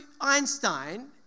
Einstein